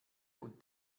und